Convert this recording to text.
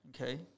Okay